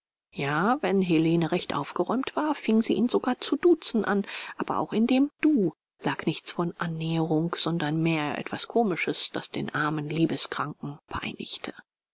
ja wenn helene recht aufgeräumt war fing sie ihn sogar zu duzen an aber auch in dem du lag nichts von annäherung sondern mehr etwas komisches das den armen liebeskranken peinigte